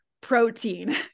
protein